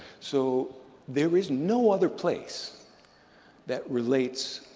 so there is no other place that relates